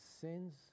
sins